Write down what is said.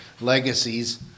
legacies